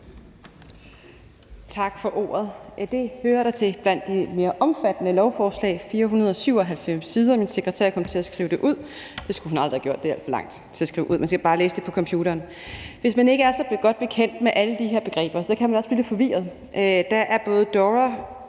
Tak for ordet. Det hører da til blandt de mere omfattende lovforslag. Det er på 497 sider. Min sekretær kom til at skrive det ud; det skulle hun aldrig have gjort, for det er alt for langt at skrive ud. Man skal bare læse det på computeren. Hvis man ikke er så godt bekendt med alle de her begreber, kan man også blive lidt forvirret. Der er både DORA,